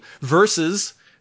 versus